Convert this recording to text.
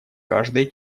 каждой